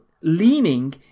leaning